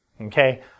okay